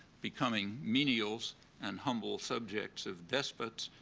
becoming menials and humble subjects of despots,